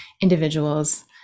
individuals